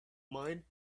mine